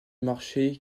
marché